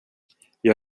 jag